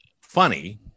funny